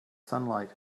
sunlight